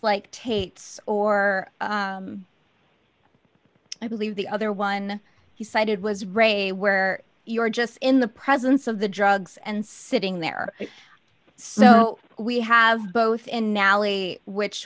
like tate's or i believe the other one he cited was ray where you're just in the presence of the drugs and sitting there so we have both in nally which